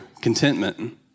contentment